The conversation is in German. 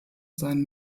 sein